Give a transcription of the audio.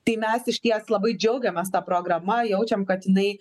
tai mes išties labai džiaugiamės ta programa jaučiam kad jinai